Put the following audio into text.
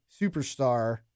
superstar